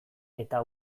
eta